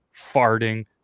farting